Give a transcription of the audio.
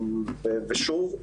שוב: